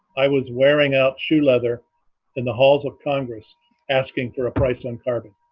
i was wearing out shoe leather in the halls of congress asking for a price on carbon.